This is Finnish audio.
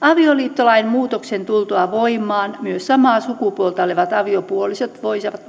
avioliittolain muutoksen tultua voimaan myös samaa sukupuolta olevat aviopuolisot